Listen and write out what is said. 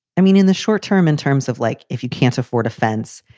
i mean, in the short term, in terms of like if you can't afford a fence,